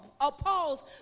oppose